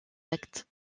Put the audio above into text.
actes